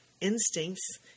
instincts